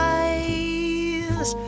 eyes